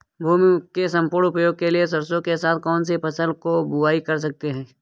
भूमि के सम्पूर्ण उपयोग के लिए सरसो के साथ कौन सी फसल की बुआई कर सकते हैं?